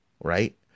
right